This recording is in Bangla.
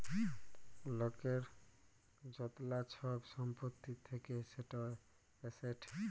লকের য্তলা ছব ছম্পত্তি থ্যাকে সেট এসেট